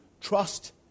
trust